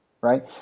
right